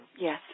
Yes